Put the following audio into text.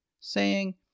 saying